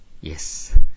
Yes